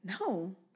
No